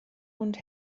und